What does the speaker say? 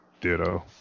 Ditto